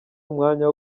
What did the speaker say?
umwanya